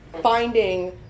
finding